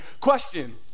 Question